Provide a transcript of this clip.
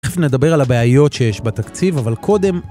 תכף נדבר על הבעיות שיש בתקציב, אבל קודם...